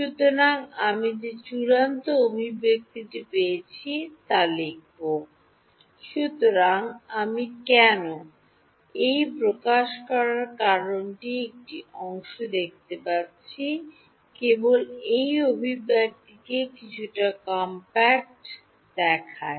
সুতরাং আমি যে চূড়ান্ত অভিব্যক্তিটি পেয়েছি তা লিখব সুতরাং আমি কেন এই প্রকাশ করার কারণটির একটি অংশ দেখতে পাচ্ছি কেবল এই অভিব্যক্তিটিকে কিছুটা কমপ্যাক্ট দেখায়